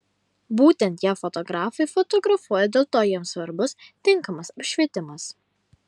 būtent ją fotografai fotografuoja dėl to jiems svarbus tinkamas apšvietimas